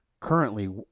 currently